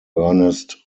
earnest